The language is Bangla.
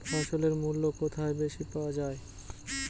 ফসলের মূল্য কোথায় বেশি পাওয়া যায়?